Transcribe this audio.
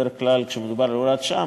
בדרך כלל כשמדובר בהוראת שעה,